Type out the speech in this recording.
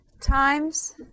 times